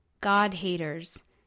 God-haters